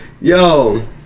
Yo